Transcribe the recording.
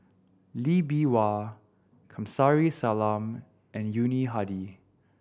Lee Bee Wah Kamsari Salam and Yuni Hadi